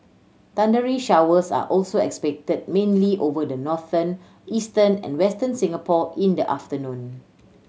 thundery showers are also expected mainly over northern eastern and Western Singapore in the afternoon